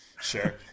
Sure